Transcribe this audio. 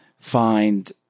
find